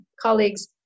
colleagues